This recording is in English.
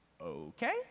okay